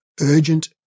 urgent